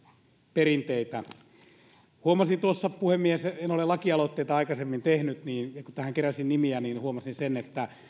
perinteitä puhemies en ole lakialoitteita aikaisemmin tehnyt tähän keräsin nimiä huomasin että